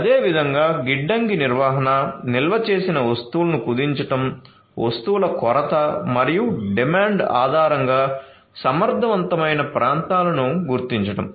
అదేవిధంగా గిడ్డంగి నిర్వహణ నిల్వచేసిన వస్తువులను కుదించడం వస్తువుల కొరత మరియు డిమాండ్ ఆధారంగా సమర్థవంతమైన ప్రాంతాలను గుర్తించడం